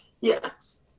Yes